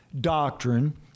doctrine